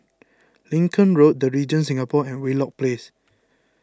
Lincoln Road the Regent Singapore and Wheelock Place